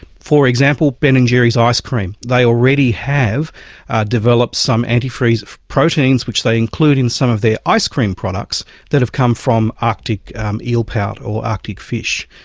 for example ben and jerry's ice cream. they already have developed some antifreeze proteins which they include in some of their ice cream products that have come from arctic eelpout or arctic fish.